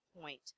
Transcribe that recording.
point